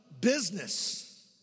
business